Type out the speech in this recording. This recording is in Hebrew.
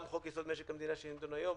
גם חוק-יסוד: משק המדינה שדנים בו היום,